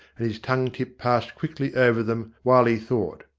and his tongue-tip passed quickly over them while he thought.